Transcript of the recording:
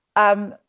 um,